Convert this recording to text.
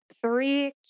three